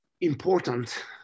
important